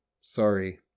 Sorry